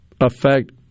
affect